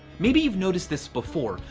maybe you've noticed this before.